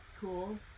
cool